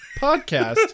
podcast